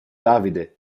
davide